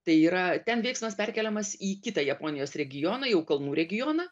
tai yra ten veiksmas perkeliamas į kitą japonijos regioną jau kalnų regioną